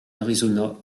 arizona